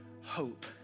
hope